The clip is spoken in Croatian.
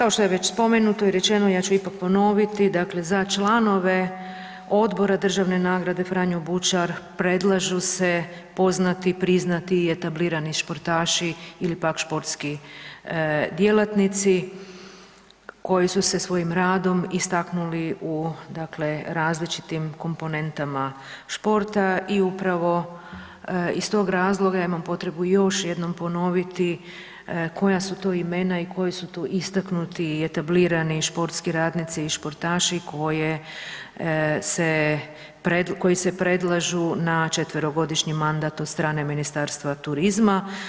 Kao što je već spomenuto i rečeno, ja ću ipak ponoviti, dakle za članove Odbora državne nagrade „Franjo Bučar“ predlažu se poznati, priznati i etablirani športaši ili športski djelatnici koji su se svojim radom istaknuli u različitim komponentama športa i upravo iz toga razloga, ja imam potrebu još jednom ponoviti koja su to imena i koji su tu istaknuti i etablirani športski radnici i športaši koji se predlažu na četverogodišnji mandat od strane Ministarstva turizma.